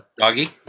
Doggy